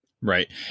Right